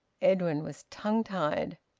edwin was tongue-tied.